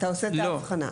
אתה עושה את ההבחנה.